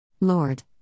Lord